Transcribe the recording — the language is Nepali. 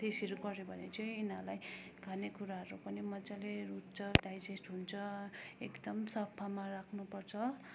त्यसरी गर्यो भने चाहिँ यिनीहरूलाई खानेकुराहरू पनि मजाले रुच्छ डाइजेस्ट हुन्छ एकदम सफामा राख्नुपर्छ